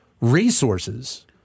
resources